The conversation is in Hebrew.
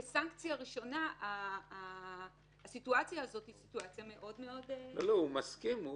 כסנקציה ראשונה הסיטואציה הזו היא מאוד מאוד --- הוא מסכים,